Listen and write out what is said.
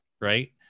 right